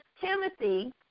Timothy